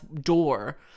door